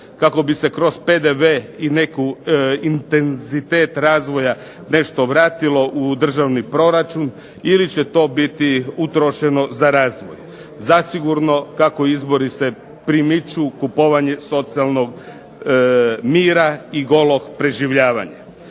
kako bi se kroz PDV i neku intenzitet razvoja nešto vratilo u državni proračun ili će to biti utrošeno za razvoj? Zasigurno kako izbori se primiču, kupovanje socijalnog mira i golog preživljavanja.